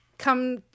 Come